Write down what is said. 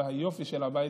הבית,